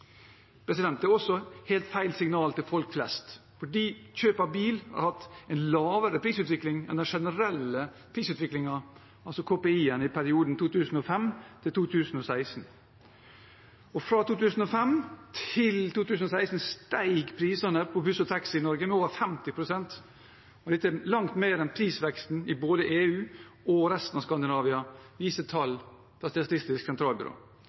Det er også helt feil signal til folk flest fordi bilen har hatt en lavere prisutvikling enn den generelle prisutviklingen, altså KPI-en, i perioden 2005–2016. Fra 2005 til 2016 steg prisene på buss og taxi i Norge med over 50 pst. Dette er langt mer enn prisveksten i både EU og resten av Skandinavia, viser tall fra Statistisk sentralbyrå.